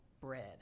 bread